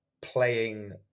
playing